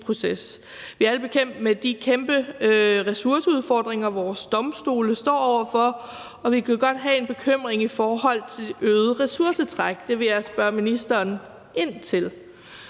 Vi er alle bekendt med de kæmpe ressourceudfordringer, vores domstole står over for, og vi kan godt have en bekymring for et øget ressourcetræk. Det vil jeg spørge ministeren ind til.